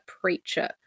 preacher